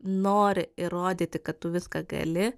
nori įrodyti kad tu viską gali